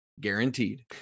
guaranteed